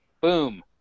Boom